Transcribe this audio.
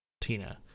Tina